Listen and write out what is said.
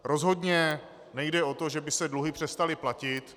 Rozhodně nejde o to, že by se dluhy přestaly platit.